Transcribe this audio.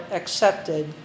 accepted